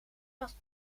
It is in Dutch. was